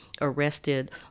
arrested